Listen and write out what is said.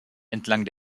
entlang